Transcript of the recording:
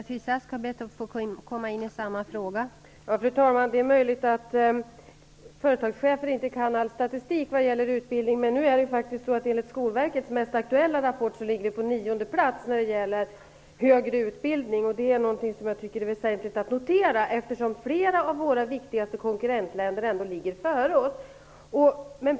Fru talman! Det är möjligt att företagschefer inte kan all statistik beträffande utbildningen, men enligt Skolverkets mest aktuella rapport ligger vi faktiskt på nionde plats vad gäller högre utbildning. Jag tycker att det är väsentligt att notera det, eftersom flera av våra viktigaste konkurrentländer ligger före oss.